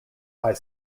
eye